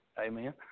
Amen